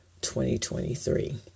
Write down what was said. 2023